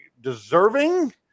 deserving